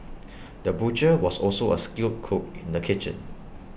the butcher was also A skilled cook in the kitchen